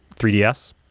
3DS